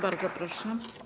Bardzo proszę.